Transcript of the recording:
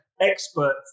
experts